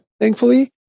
thankfully